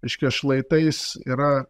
reiškia šlaitais yra